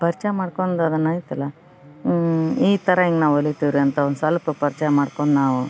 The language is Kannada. ಪರಿಚಯ ಮಾಡ್ಕೊಂದು ಅದನ್ನ ಆಯ್ತಲ್ಲ ಈ ಥರ ಹಿಂಗೆ ನಾವು ಹೊಲಿವ್ತೀರಿ ಅಂತ ಒಂದು ಸ್ವಲ್ಪ ಪರಿಚಯ ಮಾಡ್ಕೊಂಡ್ ನಾವು